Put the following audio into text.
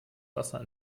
wasser